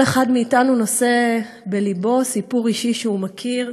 כל אחד מאתנו נושא בלבו סיפור אישי שהוא מכיר,